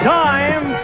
time